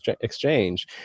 exchange